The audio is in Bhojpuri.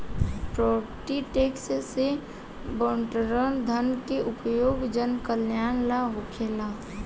प्रोपर्टी टैक्स से बिटोरल धन के उपयोग जनकल्यान ला होखेला